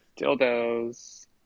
dildos